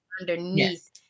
underneath